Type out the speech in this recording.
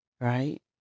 right